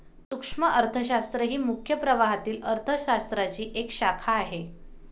सूक्ष्म अर्थशास्त्र ही मुख्य प्रवाहातील अर्थ शास्त्राची एक शाखा आहे